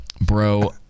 bro